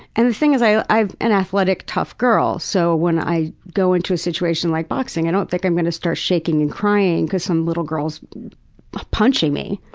and the thing is, i'm an athletic tough girl so when i go into a situation like boxing, i don't think i'm going to start shaking and crying cause some little girl's punching me,